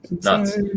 Nuts